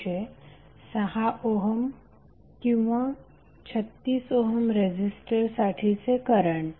म्हणजे 6 ओहम आणि 36 ओहम रेझिस्टरसाठी चे करंट